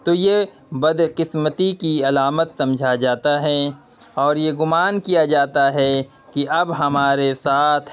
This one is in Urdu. تو یہ بد قسمتی کی علامت سمجھا جاتا ہے اور یہ گمان کیا جاتا ہے کہ اب ہمارے ساتھ